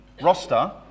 roster